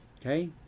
Okay